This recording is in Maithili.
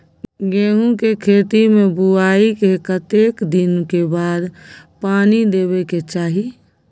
गेहूँ के खेती मे बुआई के कतेक दिन के बाद पानी देबै के चाही?